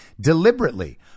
deliberately